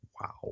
Wow